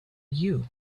you